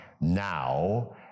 now